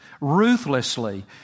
Ruthlessly